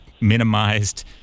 minimized